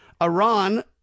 Iran